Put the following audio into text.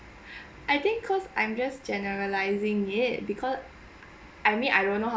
I think cause I'm just generalising it because I mean I don't know how